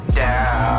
down